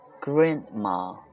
Grandma